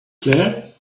claire